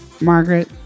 Margaret